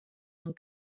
amb